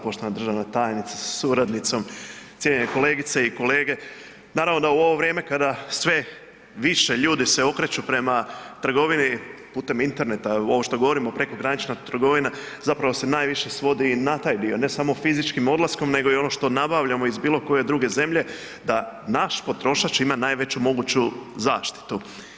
Poštovana državna tajnice sa suradnicom, cijenjene kolegice i kolege naravno da u ovo vrijeme kada sve više ljudi se okreću prema trgovini putem interneta ovo što govorimo prekogranična trgovina zapravo se najviše svodi na taj dio, ne samo fizičkim odlaskom nego i ono što nabavljamo iz bilo koje druge zemlje da naš potrošač ima najveću moguću zaštitu.